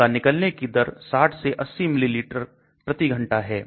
इसका निकलने की दर 60 से 80 मिलीलीटर प्रति घंटा है